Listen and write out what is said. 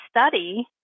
study